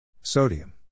Sodium